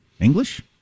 English